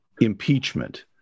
impeachment